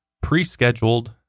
pre-scheduled